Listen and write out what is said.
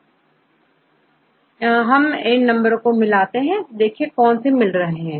और इन नंबर को मिलाओ तो हम देखेंगे कि कौन से मिल रहे हैं